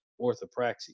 orthopraxy